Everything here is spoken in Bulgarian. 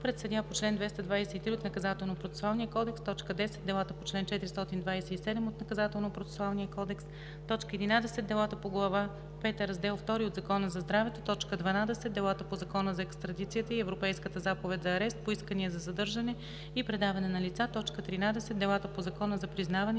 пред съдия по чл. 223 от Наказателно-процесуалния кодекс; 10. Делата по чл. 427 от Наказателно-процесуалния кодекс; 11. Делата по Глава пета, Раздел II от Закона за здравето; 12. Делата по Закона за екстрадицията и Европейската заповед за арест по искания за задържане или предаване на лица; 13. Делата по Закона за признаване,